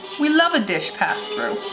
we love a dish pass through.